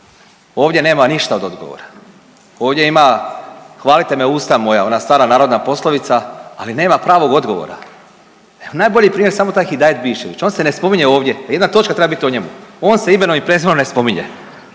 Ovdje nema ništa od odgovora. Ovdje ima „hvalite me usta moja“ ona stara narodna poslovica, ali nema pravog odgovora. Najbolji primjer je sam taj Hidajet Biščević. On se ne spominje ovdje, a jedna točka treba biti o njemu. On se imenom i prezimenom ne spominje.